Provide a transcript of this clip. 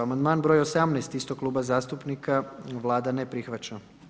Amandman broj 18 istog kluba zastupnika, Vlada ne prihvaća.